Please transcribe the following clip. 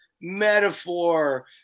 metaphor